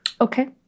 Okay